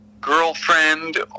girlfriend